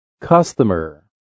Customer